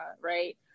right